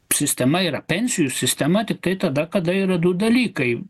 sistema yra pensijų sistema tiktai tada kada yra du dalykai